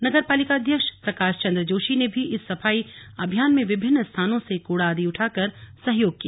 नगर पालिकाध्यक्ष प्रकाश चन्द्र जोशी ने भी इस सफाई अभियान में विभिन्न स्थानों से कूड़ा आदि उठाकर सहयोग किया